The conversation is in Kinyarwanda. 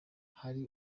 hari